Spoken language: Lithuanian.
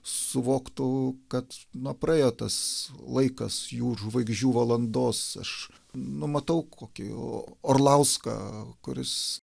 suvoktų kad na praėjo tas laikas jų žvaigždžių valandos aš numatau kokį orlauską kuris